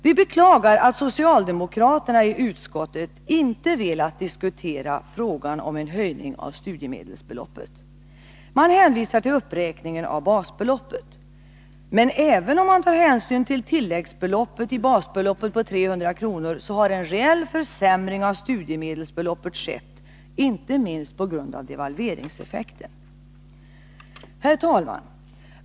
Vi beklagar att socialdemokraterna i utskottet inte velat diskutera frågan om en höjning av studiemedelsbeloppet. Man hänvisar till uppräkningen av basbeloppet. Men även om hänsyn till tilläggsbeloppet i basbeloppet på 300 kr. tas, så har en reell försämring av studiemedelsbeloppet skett, inte minst på grund av devalveringseffekten. Herr talman!